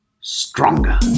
Stronger